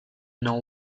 know